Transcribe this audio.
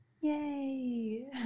Yay